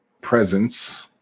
presence